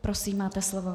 Prosím, máte slovo.